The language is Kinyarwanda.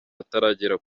bataragera